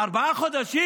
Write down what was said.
ארבעה חודשים.